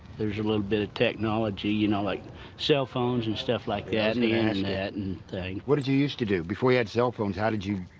there's a little bit of technology, you know like cell phones and stuff like yeah that and the and internet and things. what did you used to do? before you had cell phones, how did you?